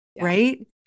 Right